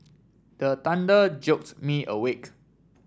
the thunder jolts me awake